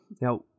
Now